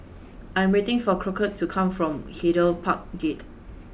I am waiting for Crockett to come from Hyde Park Gate